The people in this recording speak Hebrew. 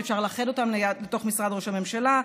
שאפשר לאחד אותם לתוך משרד ראש הממשלה?